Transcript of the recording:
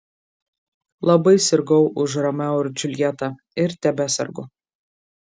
labai sirgau už romeo ir džiuljetą ir tebesergu